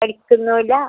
പഠിക്കുന്നും ഇല്ല